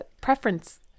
preference